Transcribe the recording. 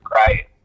right